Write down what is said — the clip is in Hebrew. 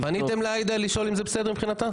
תבדוק --- פניתם לעאידה לשאול אם זה בסדר מבחינתה?